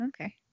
Okay